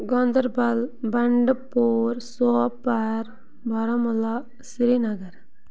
Ganderbal Bandipora Sopore Baramulla Srinagar